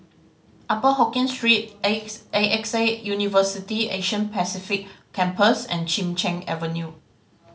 Upper Hokkien Street X A X A University Asia Pacific Campus and Chin Cheng Avenue